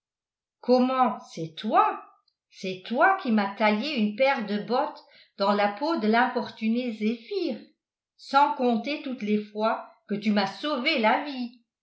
comment c'est toi c'est toi qui m'as taillé une paire de bottes dans la peau de l'infortuné zéphyr sans compter toutes les fois que tu m'as sauvé la vie